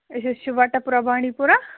أسۍ حظ چھِ وٹَہٕ پورہ بانڈی پورہ